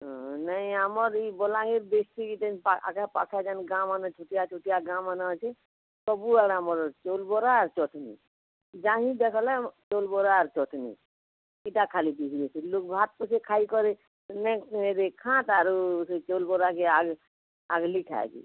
ହଁ ନେଇଁ ଆମର୍ ଇ ବଲାଙ୍ଗୀର ଡିଷ୍ଟ୍ରିକ୍ଟକେ ପା ଆଖେ ପାଖେ ଯେନ୍ ଗାଁ ମାନେ ଛୁଟିଆ ଛୁଟିଆ ଗାଁ ମାନେ ଅଛି ସବୁଆଡ଼େ ଆମର ଚାଉଲ୍ ବରା ଆର୍ ଚଟ୍ନୀ ଯାହିଁ ଦେଖଲେ ଚାଉଲ୍ ବରା ଆର୍ ଚଟ୍ନୀ ଇଟା ଖାଲି ବିରିରେ ଫିରିଲେ ଭାତ୍ ପଛେ ଖାଇ କରି ନେ ନୁହେଁ ଯେ ଖାଁ ତ ଆରୁ ସେ ଚାଉଲ୍ ବରାକେ ଆଗ୍ ଆଗ୍ଲି ଖାଏବୁ